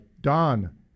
Don